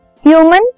Human